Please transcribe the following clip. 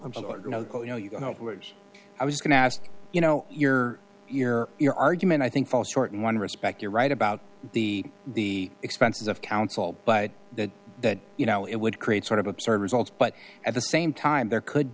know i was going to ask you know your ear your argument i think falls short in one respect you're right about the the expenses of counsel but that that you know it would create sort of absurd results but at the same time there could